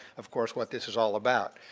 of course, what this is all about.